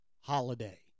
holiday